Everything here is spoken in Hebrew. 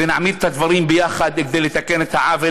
ונעמיד את הדברים יחד כדי לתקן את העוול,